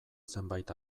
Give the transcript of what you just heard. zenbait